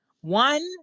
one